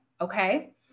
okay